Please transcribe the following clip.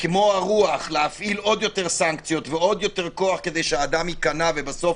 וכמו הרוח להפעיל עוד יותר סנקציות ועוד יותר כוח כדי שהאדם ייכנע ובסוף